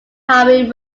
highway